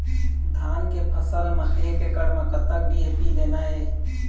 धान के फसल म एक एकड़ म कतक डी.ए.पी देना ये?